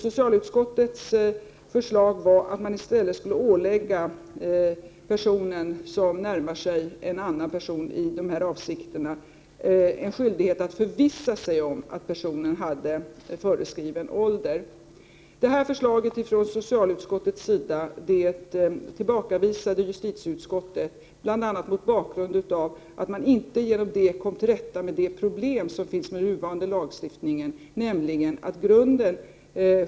Socialutskottets förslag var att man i stället skulle ålägga personer som närmar sig en annan person i dessa avsikter en skyldighet att förvissa sig om att personen i fråga hade föreskriven ålder. Det förslaget från socialutskottet tillbakavisade justitieutskottet, bl.a. mot bakgrund av att man inte genom det skulle komma till rätta med det problem som finns med den nuvarande lagstiftningen.